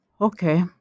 Okay